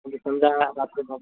म्हणजे समजा रात्री